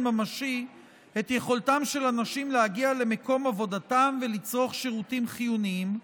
ממשי את יכולתם של אנשים להגיע למקום עבודתם ולצרוך שירותים חיוניים,